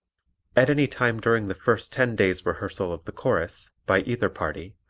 at any time during the first ten days rehearsal of the chorus, by either party,